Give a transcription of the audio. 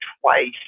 twice